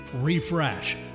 refresh